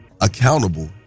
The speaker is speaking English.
accountable